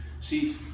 See